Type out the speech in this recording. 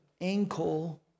ankle